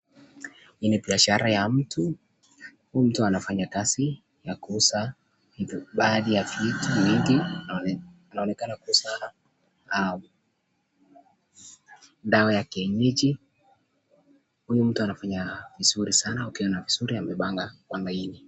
Hii ni biashara ya mtu huyu mtu anafanya kazi ya kuuza baadhi ya vitu, anaoneka kuuza dawa ya kienyeji huyu mtu anafanya vizuri sana, pia amepanga kwa laini.